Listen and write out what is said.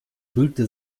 fühlte